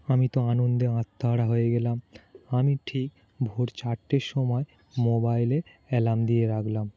আমি তো আনন্দে আত্মহারা হয়ে গেলাম আমি ঠিক ভোর চারটের সময় মোবাইলে অ্যালাৰ্ম দিয়ে রাখলাম